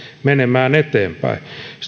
menemään eteenpäin